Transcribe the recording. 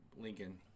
Lincoln